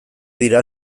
dira